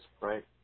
right